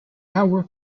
artwork